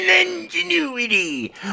ingenuity